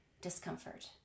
discomfort